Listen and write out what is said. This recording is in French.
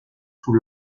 sous